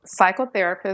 psychotherapist